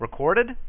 recorded